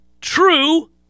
true